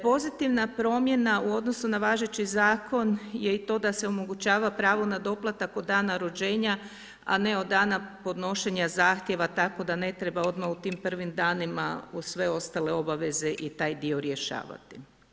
Pozitivna promjena u odnosu na važeći zakon je i to da se omogućava pravo na doplatak od dana rođenja a ne od dana podnošenja zahtjeva tako da ne treba u tim prvim danima uz sve ostale obaveze i taj dio rješavati.